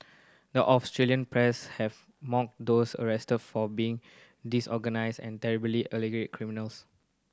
the Australian press have mocked those arrested for being disorganised and terribly alleged criminals